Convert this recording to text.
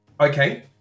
okay